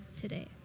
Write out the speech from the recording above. today